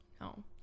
No